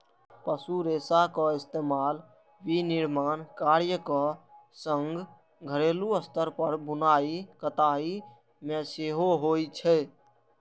पशु रेशाक इस्तेमाल विनिर्माण कार्यक संग घरेलू स्तर पर बुनाइ कताइ मे सेहो होइ छै